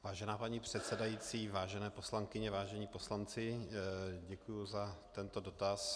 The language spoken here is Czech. Vážená paní předsedající, vážené poslankyně, vážení poslanci, děkuji za tento dotaz.